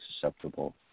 susceptible